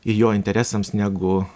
ir jo interesams negu